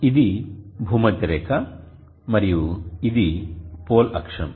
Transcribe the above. ఇది భూమధ్యరేఖ మరియు ఇది పోల్ అక్షం